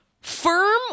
firm